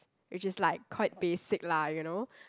which is like called it basic lah you know